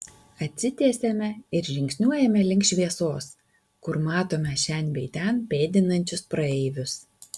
atsitiesiame ir žingsniuojame link šviesos kur matome šen bei ten pėdinančius praeivius